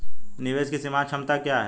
निवेश की सीमांत क्षमता क्या है?